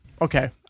Okay